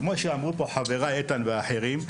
כפי שאמרו פה חבריי איתן ואחרים,